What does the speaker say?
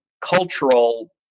cultural